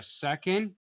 second